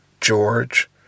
George